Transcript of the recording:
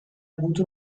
avuto